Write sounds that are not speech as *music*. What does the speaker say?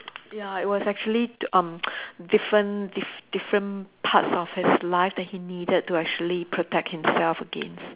*noise* ya it was actually um *noise* different diff~ different parts of his life that he needed to actually protect himself against